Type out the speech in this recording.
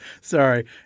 Sorry